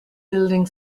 building